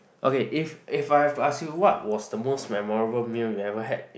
okay if if I have to ask you what was the most memorable meal you ever had